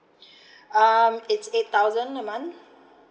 um it's eight thousand a month